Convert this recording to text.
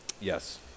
Yes